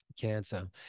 cancer